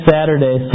Saturday